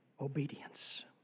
Obedience